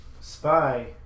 Spy